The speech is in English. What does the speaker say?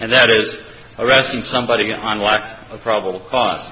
and that is arresting somebody on lack of probable cause